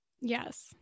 Yes